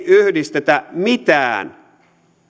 yhdistetä mitään